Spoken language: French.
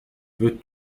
veux